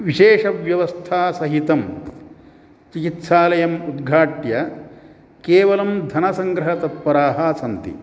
विशेषव्यवस्थासहितं चिकित्सालयम् उद्घाट्य केवलं धनसंग्रहतत्पराः सन्ति